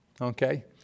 okay